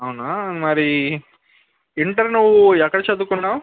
అవునా మరి ఇంటర్ నువ్వు ఎక్కడ చదువుకున్నావు